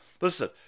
Listen